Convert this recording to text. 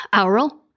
aural